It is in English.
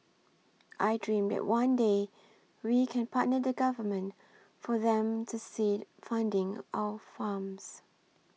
I dream that one day we can partner the government for them to seed funding our farms